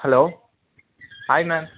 hello hi ma'am